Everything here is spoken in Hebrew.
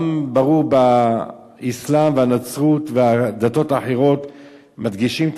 גם ברור באסלאם ובנצרות ובדתות האחרות שמדגישים את